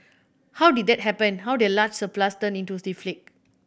how did that happen how did a large surplus turn into deficit